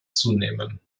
zunehmen